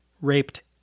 raped